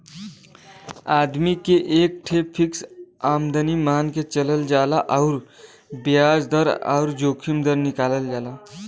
आदमी के एक ठे फ़िक्स आमदमी मान के चलल जाला अउर बियाज दर अउर जोखिम दर निकालल जाला